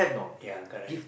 ya correct